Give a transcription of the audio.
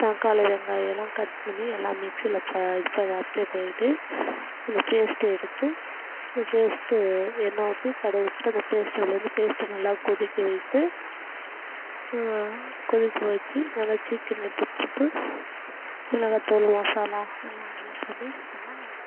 தக்காளி வெங்காயம் எல்லாம் கட் பண்ணி எல்லாம் மிக்சில் அப்ளே பண்ணிட்டு அந்த பேஸ்ட்டை எடுத்து பேஸ்ட்டு எண்ணெ ஊற்றி கடுகு போட்டு அந்த பேஸ்ட்டை பேஸ்ட்டை நல்லா கொதிக்க வைத்து கொதிக்க வச்சி நல்லா சிக்கன் எடுத்து போட்டு மிளகாத்தூள் மசாலா எல்லாம் யூஸ் பண்ணி பண்ணிணா நல்லாயிருக்கும்